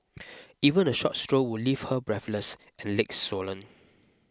even a short stroll would leave her breathless and legs swollen